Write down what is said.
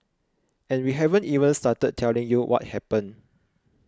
and we haven't even started telling you what happened